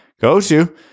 go-to